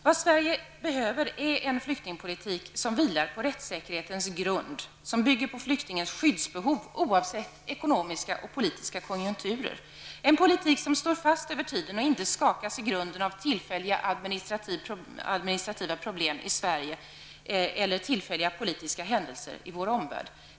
Vad Sverige behöver är en flyktingpolitik som vilar på rättssäkerhetens grund, som bygger på flyktingars skyddsbehov, oavsett ekonomiska och politiska konjunkturer, en politik som står fast över tiden och inte i grunden skakas av tillfälliga administrativa problem i Sverige eller tillfälliga politiska händelser i vår omvärld.